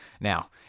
Now